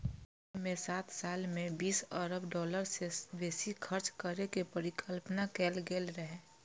अय मे सात साल मे बीस अरब डॉलर सं बेसी खर्च करै के परिकल्पना कैल गेल रहै